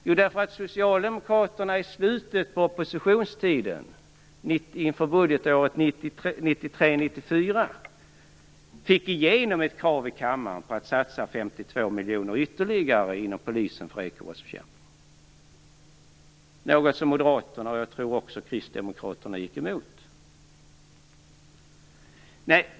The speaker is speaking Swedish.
Jo, därför att socialdemokraterna i slutet av sin oppositionstid inför budgetåret 1993/94 fick igenom ett krav i kammaren på att man skulle satsa ytterligare 52 miljoner kronor inom polisen för ekobrottsbekämpning, något som moderaterna och kristdemokraterna gick emot.